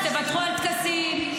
אז תוותרו על טקסים,